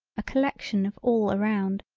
a collection of all around,